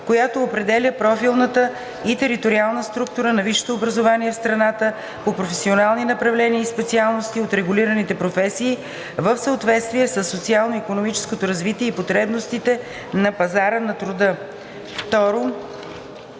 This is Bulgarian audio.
която определя профилната и териториалната структура на висшето образование в страната по професионални направления и специалности от регулираните професии в съответствие със социално-икономическото развитие и потребностите на пазара на труда;“.